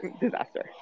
disaster